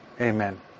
Amen